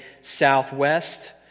southwest